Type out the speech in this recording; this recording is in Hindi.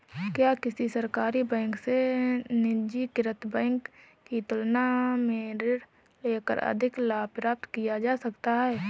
क्या किसी सरकारी बैंक से निजीकृत बैंक की तुलना में ऋण लेकर अधिक लाभ प्राप्त किया जा सकता है?